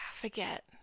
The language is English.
forget